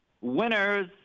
Winners